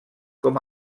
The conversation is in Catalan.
com